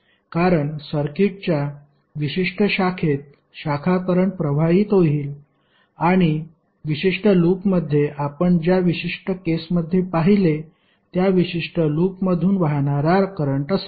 कारण सर्किटच्या विशिष्ट शाखेत शाखा करंट प्रवाहित होईल आणि विशिष्ट लूपमध्ये आपण ज्या विशिष्ट केसमध्ये पाहिले त्या विशिष्ट लूपमधून वाहणारा करंट असेल